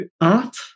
Art